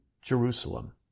Jerusalem